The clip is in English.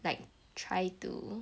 like try to